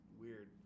weird